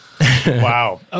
Wow